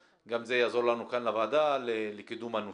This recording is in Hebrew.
גם זה יעזור לנו כאן לוועדה לקידום הנושא.